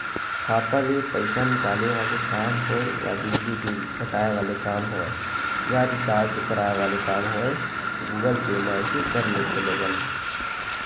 खाता ले पइसा निकाले वाले काम होय या बिजली बिल पटाय वाले काम होवय या रिचार्ज कराय वाले काम होवय गुगल पे म ही कर लेथे लोगन